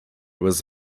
was